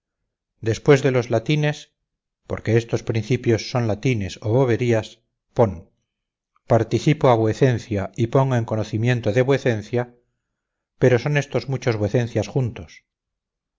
después de los latines porque estos principios son latines o boberías pon participo a vuecencia y pongo en conocimiento de vuecencia pero son éstos muchos vuecencias juntos